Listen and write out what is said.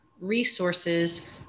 resources